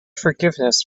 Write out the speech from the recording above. forgiveness